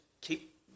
keep